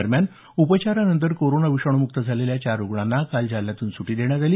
दरम्यान उपचारानंतर कोरोना विषाणूमुक्त झालेल्या चार रुग्णांना काल सुटी देण्यात आली